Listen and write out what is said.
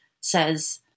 says